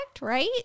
right